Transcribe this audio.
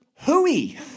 hooey